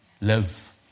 Live